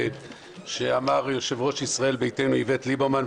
שאמר יושב-ראש ישראל ביתנו איווט ליברמן,